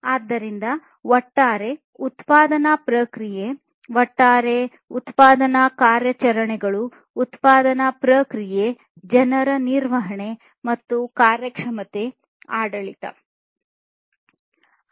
ಆದ್ದರಿಂದ ಒಟ್ಟಾರೆ ಉತ್ಪಾದನಾ ಪ್ರಕ್ರಿಯೆ ಒಟ್ಟಾರೆ ಉತ್ಪಾದನಾ ಕಾರ್ಯಾಚರಣೆಗಳು ಉತ್ಪಾದನಾ ಪ್ರಕ್ರಿಯೆ ಜನರ ನಿರ್ವಹಣೆ ಮತ್ತು ಕಾರ್ಯಕ್ಷಮತೆ ಆಡಳಿತ ಆಗಿದೆ